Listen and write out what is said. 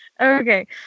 Okay